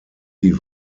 die